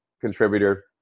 contributor